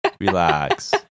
relax